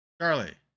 Charlie